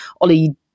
Ollie